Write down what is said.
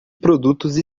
produtos